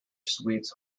sweets